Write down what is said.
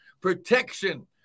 protection